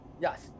Yes